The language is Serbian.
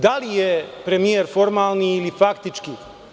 Da li je premijer formalni ili faktički?